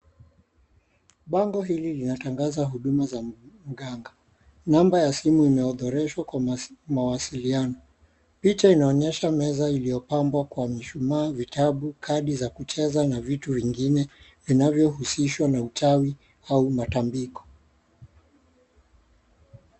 Bango hili linatangaza huduma za mganga. Namba ya simu ime𝑜𝑟𝑜𝑑ℎ𝑒shwa kwa mawasiliano. Picha inaonyesha meza iliyopambwa kwa mishumaa, vitabu, kadi za kucheza na vitu vingine vinavyohusishwa na uchawi au matambiko.